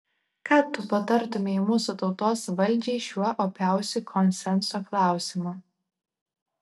ką tu patartumei mūsų tautos valdžiai šiuo opiausiu konsenso klausimu